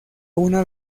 una